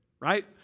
right